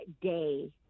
day